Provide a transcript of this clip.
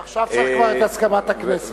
עכשיו צריך כבר את הסכמת הכנסת.